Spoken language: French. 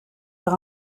leur